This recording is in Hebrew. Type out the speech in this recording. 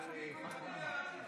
תוותרי על התשובה,